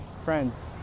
friends